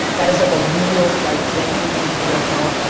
that is like a real-life thing that you need to figure out tomorrow. so